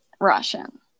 Russian